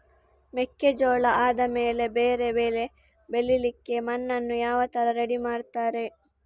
ಮೆಕ್ಕೆಜೋಳ ಆದಮೇಲೆ ಬೇರೆ ಬೆಳೆ ಬೆಳಿಲಿಕ್ಕೆ ಮಣ್ಣನ್ನು ಯಾವ ತರ ರೆಡಿ ಮಾಡ್ತಾರೆ?